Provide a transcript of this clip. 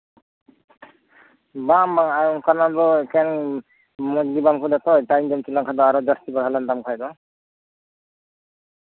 ᱵᱟᱝ ᱵᱟᱝ ᱚᱱᱠᱟᱱᱟᱜ ᱫᱚ ᱮᱱᱟᱞ ᱜᱮ ᱵᱟᱝ ᱢᱚᱸᱡᱚᱜ ᱟᱛᱚ ᱮᱴᱟᱜ ᱨᱮᱢ ᱪᱟᱞᱟᱣ ᱞᱮᱱᱠᱷᱟᱱ ᱫᱚ ᱟᱨᱚ ᱡᱟᱹᱥᱛᱤ ᱵᱟᱲᱦᱟᱣ ᱞᱮᱱ ᱛᱟᱢ ᱠᱷᱟᱱ ᱫᱚ